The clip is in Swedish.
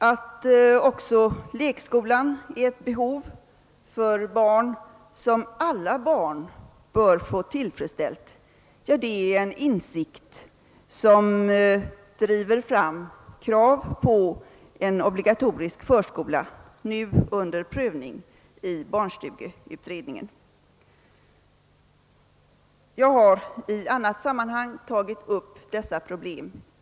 Att också behovet av lekskola är ett behov som alla barn bör få tillfredsställt är en insikt som driver fram krav på en obligatorisk förskola, något som nu är under prövning i barnstugeutredningen. Jag har i annat sammanhang tagit upp dessa problem.